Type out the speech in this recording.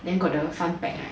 then got the funpack right